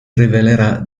rivelerà